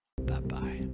Bye-bye